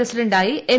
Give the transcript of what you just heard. പ്രസിഡന്റായി എം